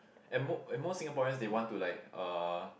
and mo~ and most Singaporean they want to like uh